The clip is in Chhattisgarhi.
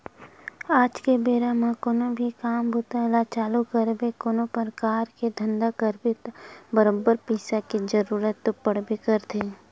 आज के बेरा म कोनो भी काम बूता ल चालू करबे कोनो परकार के धंधा करबे त बरोबर पइसा के जरुरत तो पड़बे करथे